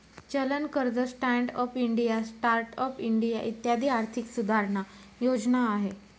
चलन कर्ज, stand up India, start up India इत्यादी आर्थिक सुधारणा योजना आहे